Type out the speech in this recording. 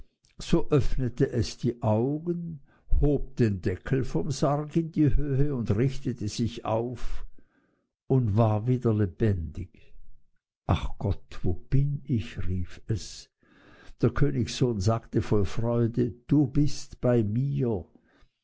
so öffnete es die augen hob den deckel vom sarg in die höhe und richtete sich auf und war wieder lebendig ach gott wo bin ich rief es der königssohn sagte voll freude du bist bei mir